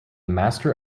master